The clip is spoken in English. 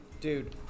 dude